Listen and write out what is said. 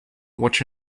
watch